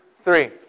three